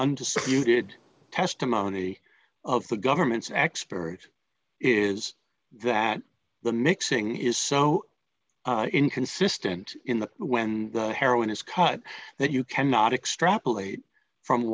undisputed testimony of the government's expert is that the mixing is so inconsistent in the when heroin is cut that you cannot extrapolate from